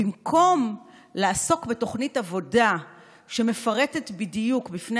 במקום לעסוק בתוכנית עבודה שמפרטת בדיוק בפני